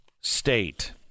state